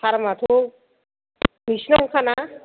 फार्मआथ' नोंसिनावनोखा ना